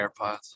airpods